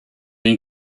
une